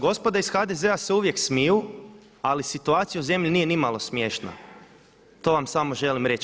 Gospoda iz HDZ-a se uvijek smiju, ali situacija u zemlji nije nimalo smiješna, to vam samo želim reći.